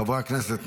חברי הכנסת,